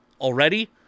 already